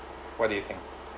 what do you think